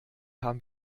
haben